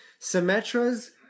Symmetra's